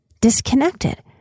disconnected